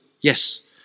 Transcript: yes